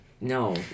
No